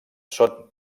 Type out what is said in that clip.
són